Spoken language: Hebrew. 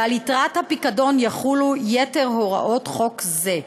ועל יתרת הפיקדון יחולו יתר הוראות חוק זה: